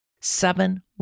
seven